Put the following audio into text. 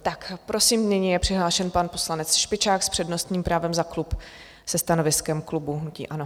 Tak prosím, nyní je přihlášen pan poslanec Špičák s přednostním právem za klub se stanoviskem klubu hnutí ANO.